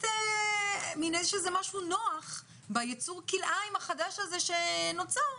יש משהו נוח ביצור הכלאיים החדש הזה שנוצר.